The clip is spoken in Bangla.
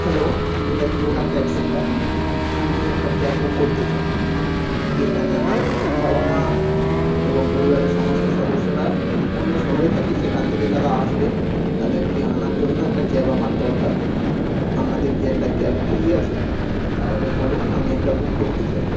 হ্যালো এটা কি ওলা ক্যাব সেন্টার আমি একটা ক্যাব বুক করতে চাই যেখানে আমার বাবা মা এবং পরিবারের সমস্ত সদস্যরা অন্য শহরে থাকে সেখান থেকে তারা আসবে তাদেরকে আনার জন্য একটা ক্যাব আমার দরকার আপনাদের কি একটা ক্যাব ফ্রি আছে তাহলে বলুন আমি একটা বুক করতে চাই